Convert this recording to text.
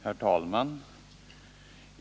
Herr talman!